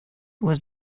was